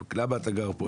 למה אתה גר פה,